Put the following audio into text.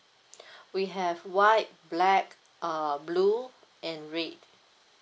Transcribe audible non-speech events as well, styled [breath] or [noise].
[breath] we have white black uh blue and red